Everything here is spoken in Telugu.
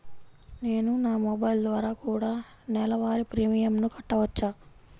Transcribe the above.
నేను నా మొబైల్ ద్వారా కూడ నెల వారి ప్రీమియంను కట్టావచ్చా?